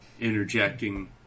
interjecting